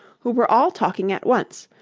who were all talking at once,